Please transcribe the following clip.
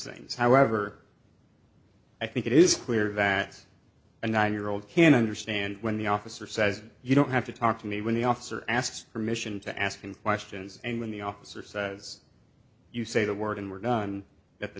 things however i think it is clear that a nine year old can understand when the officer says you don't have to talk to me when the officer asks permission to ask him questions and when the officer says you say the word and we're done at the